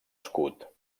escut